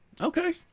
okay